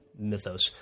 Mythos